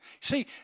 See